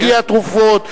הגיעו תרופות,